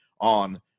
on